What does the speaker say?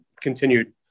continued